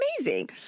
amazing